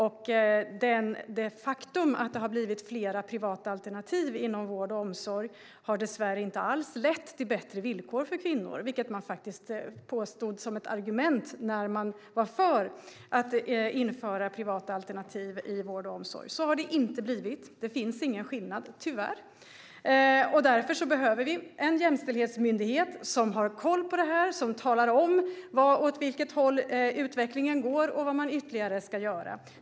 Det faktum att det har blivit fler privata alternativ inom vård och omsorg har dessvärre inte alls lett till bättre villkor för kvinnor, vilket man påstod och förde fram som ett argument när man var för att införa privata alternativ i vård och omsorg. Så har det alltså inte blivit. Det finns ingen skillnad - tyvärr. Därför behöver vi en jämställdhetsmyndighet som har koll på det här och som talar om åt vilket håll utvecklingen går och vad man ytterligare ska göra.